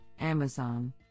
Amazon